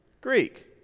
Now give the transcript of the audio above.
Greek